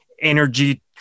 energy